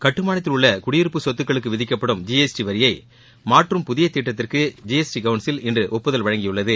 கட்டுமானத்தில் உள்ள குடியிருப்பு சொத்துக்களுக்கு விதிக்கப்படும் ஜி எஸ் டி வரியை மாற்றும் புதிய திட்டத்திற்கு ஜி எஸ் டி கவுன்சில் இன்று ஒப்புதல் வழங்கியுள்ளது